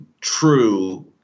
true